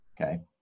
Okay